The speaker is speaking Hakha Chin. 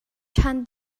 ṭhan